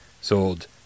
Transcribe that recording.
sold